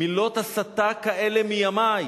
מילות הסתה כאלה מימי.